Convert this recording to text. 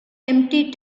empty